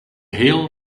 hail